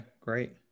great